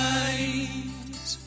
eyes